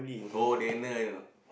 oh Daniel